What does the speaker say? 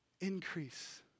increase